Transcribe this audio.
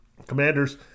Commanders